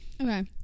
Okay